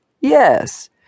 yes